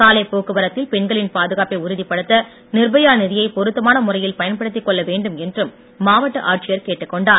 சாலை போக்குவரத்தில் பெண்களின் பாதுகாப்பை உறுதிப்படுத்த நிர்பயா நிதியை பொருத்தமான முறையில் பயன்படுத்திக் கொள்ளவேண்டும் என்றும் மாவட்ட ஆட்சியர் கேட்டுக்கொண்டார்